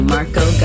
Marco